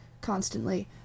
constantly